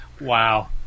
Wow